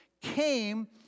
came